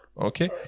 Okay